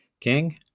King